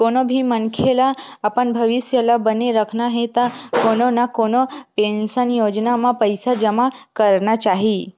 कोनो भी मनखे ल अपन भविस्य ल बने राखना हे त कोनो न कोनो पेंसन योजना म पइसा जमा करना चाही